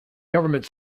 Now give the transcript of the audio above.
government